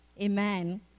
Amen